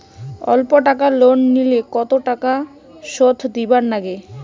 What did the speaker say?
অল্প টাকা লোন নিলে কতো টাকা শুধ দিবার লাগে?